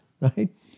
right